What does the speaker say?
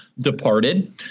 departed